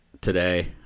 today